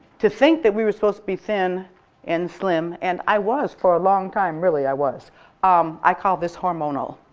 to think that we were supposed to be thin and slim and i was for a long time, really, i was um i call this hormonal.